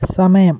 സമയം